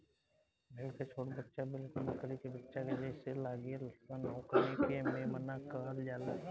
भेड़ के छोट बच्चा बिलकुल बकरी के बच्चा के जइसे लागेल सन ओकनी के मेमना कहल जाला